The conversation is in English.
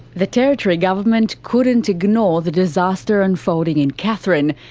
the territory government couldn't ignore the disaster unfolding in katherine,